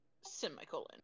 Semicolon